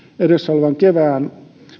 edessä olevan kevään